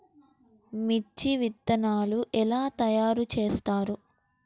మిర్చి విత్తనాలు ఎలా తయారు చేస్తారు?